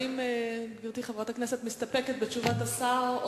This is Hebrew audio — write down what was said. האם גברתי חברת הכנסת מסתפקת בתשובת השר,